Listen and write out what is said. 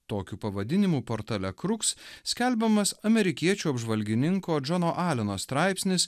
tokiu pavadinimu portale kruks skelbiamas amerikiečių apžvalgininko džono aleno straipsnis